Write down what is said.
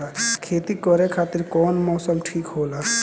खेती करे खातिर कौन मौसम ठीक होला?